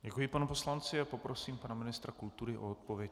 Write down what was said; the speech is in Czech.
Děkuji panu poslanci a poprosím pana ministra kultury o odpověď.